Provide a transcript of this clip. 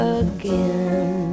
again